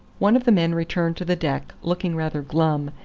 one of the men returned to the deck, looking rather glum,